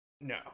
no